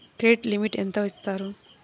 Credit limit ఎంత ఇస్తారు?